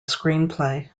screenplay